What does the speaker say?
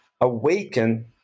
awaken